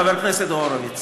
חבר הכנסת הורוביץ,